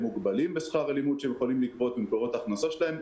הם מוגבלים בשכר הלימוד שהם יכולים לגבות ממקורות ההכנסה שלהם,